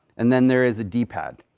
and then there is a d pad.